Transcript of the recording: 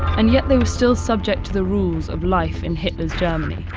and yet, they were still subject to the rules of life in hitler's germany.